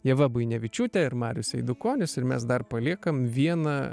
ieva buinevičiūtė ir marius eidukonis ir mes dar paliekam vieną